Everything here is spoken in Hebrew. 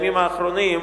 הימים האחרונים,